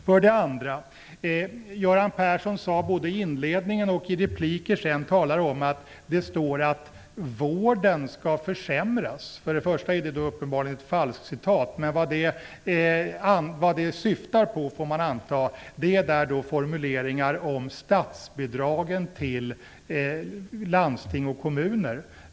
För det andra: Göran Persson talade både i inledningen och i repliker om att det står i artikeln att vården skall försämras. Det är uppenbarligen ett falskcitat, men man får förmoda att det syftar på formuleringar om statsbidragen till landsting och kommuner.